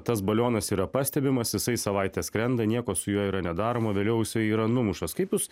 tas balionas yra pastebimas jisai savaitę skrenda nieko su juo yra nedaroma vėliau jisai yra numuštas kaip jūs